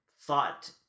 thought